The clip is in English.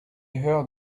heard